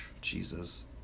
Jesus